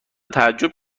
تعجب